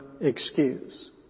excuse